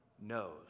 knows